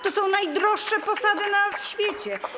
To są najdroższe posady na świecie.